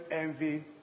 envy